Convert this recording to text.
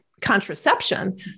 contraception